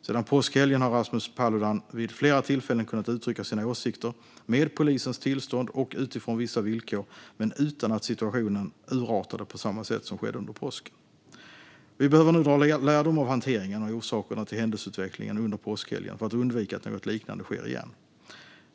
Sedan påskhelgen har Rasmus Paludan vid flera tillfällen kunnat uttrycka sina åsikter, med polisens tillstånd och utifrån vissa villkor, utan att situationen urartat på samma sätt som skedde under påsken. Vi behöver nu dra lärdom av hanteringen och orsakerna till händelseutvecklingen under påskhelgen för att undvika att något liknande sker igen.